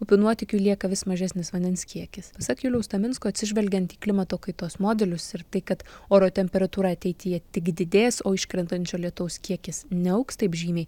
upių nuotekiui lieka vis mažesnis vandens kiekis pasak juliaus taminsko atsižvelgiant į klimato kaitos modelius ir tai kad oro temperatūra ateityje tik didės o iškrintančio lietaus kiekis neaugs taip žymiai